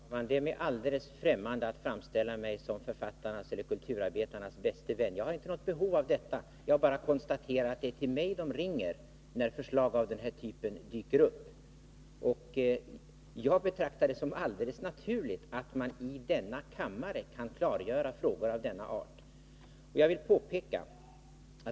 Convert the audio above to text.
Herr talman! Det är mig alldeles främmande att framställa mig som författarnas eller kulturarbetarnas bäste vän. Jag har inte något behov av det. Jag konstaterar bara att det är till mig de ringer när förslag av den här typen dyker upp. Jag betraktar det som helt naturligt att man i denna kammare kan klargöra frågor av denna art.